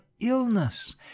illness